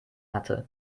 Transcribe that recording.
hatte